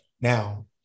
Now